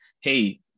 hey